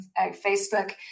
Facebook